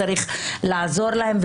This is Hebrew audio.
צריך לעזור להם,